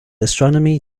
astronomy